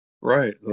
right